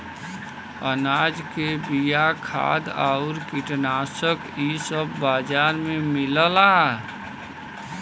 अनाज के बिया, खाद आउर कीटनाशक इ सब बाजार में मिलला